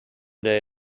day